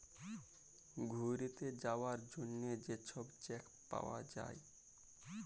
ঘ্যুইরতে যাউয়ার জ্যনহে যে ছব চ্যাক পাউয়া যায়